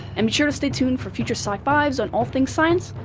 um sure to stay tuned for future scifives on all things science,